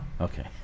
Okay